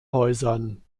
häusern